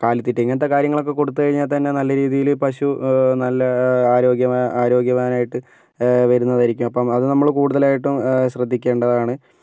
കാലിത്തീറ്റ ഇങ്ങനത്തെ കാര്യങ്ങള് ഒക്കെ കൊടുത്തു കഴിഞ്ഞാൽ തന്നെ നല്ല രീതിയിൽ പശു നല്ല ആരോഗ്യ ആരോഗ്യവാനായിട്ട് വരുന്നതായിരിക്കും അപ്പം അത് നമ്മൾ കൂടുതലായിട്ടും ശ്രദ്ധിക്കേണ്ടതാണ്